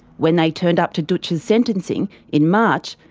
when they turned up to dootch's sentencing in march,